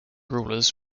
rulers